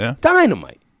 Dynamite